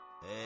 Hey